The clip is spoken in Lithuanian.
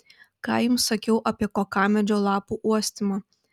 ką jums sakiau apie kokamedžio lapų uostymą